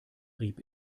rieb